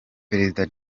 perezida